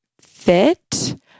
fit